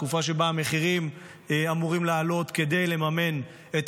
תקופה שבה המחירים אמורים לעלות כדי לממן את